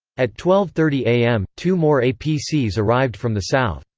at twelve thirty am, two more apcs arrived from the south.